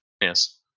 Yes